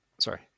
Sorry